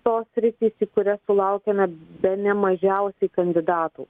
tos sritys į kurias sulaukiame bene mažiausiai kandidatų